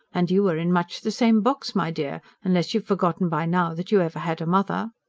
and you are in much the same box, my dear unless you've forgotten by now that you ever had a mother.